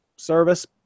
service